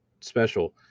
special